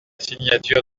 signature